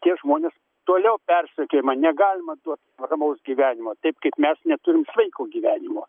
tie žmonės toliau persekiojama negalima duot ramaus gyvenimo taip kaip mes neturim sveiko gyvenimo